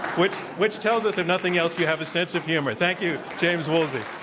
which which tells us, if nothing else, you have a sense of humor. thank you, james woolsey.